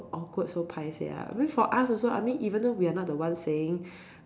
awkward so paiseh ah because for us also I mean even though we are not the one saying